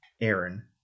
Aaron